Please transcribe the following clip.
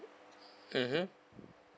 mmhmm